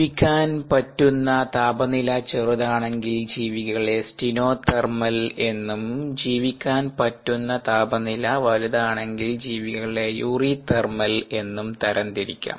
ജീവിക്കാൻ പറ്റുന്ന താപനില ചെറുതാണെങ്കിൽ ജീവികളെ സ്റ്റീനോതെർമൽ എന്നും ജീവിക്കാൻ പറ്റുന്ന താപനില വലുതാണെങ്കിൽ ജീവികളെ യൂറിതെർമൽ എന്നും തരംതിരിക്കാം